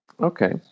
Okay